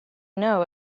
know